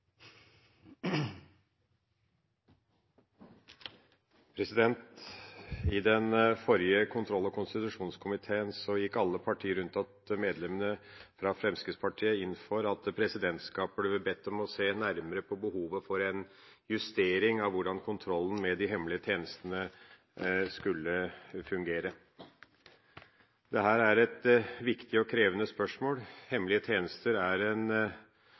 I den forrige kontroll- og konstitusjonskomiteen gikk alle partier, unntatt medlemmene fra Fremskrittspartiet, inn for at presidentskapet burde bli bedt om å se nærmere på behovet for en justering av hvordan kontrollen med de hemmelige tjenestene skulle fungere. Dette er et viktig og krevende spørsmål. Hemmelige tjenester er et nødvendig virkemiddel i en